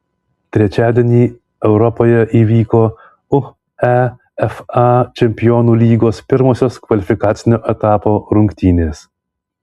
trečiadienį europoje įvyko uefa čempionų lygos pirmosios kvalifikacinio etapo rungtynės